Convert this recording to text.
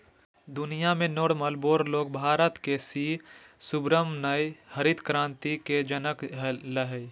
दुनिया में Norman Borlaug Bharat के सी सुब्रमण्यम हरित क्रांति के जनक हलई